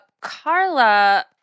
Carla